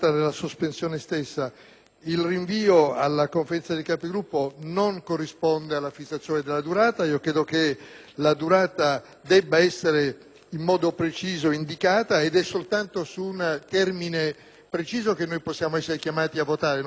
Il rinvio alla Conferenza dei Capigruppo non corrisponde alla fissazione di un termine. Credo che la durata debba essere indicata in modo preciso. È soltanto su un termine preciso che noi possiamo essere chiamati a votare. Non possiamo essere chiamati a votare